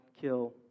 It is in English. kill